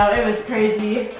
it was crazy.